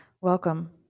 Welcome